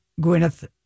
Gwyneth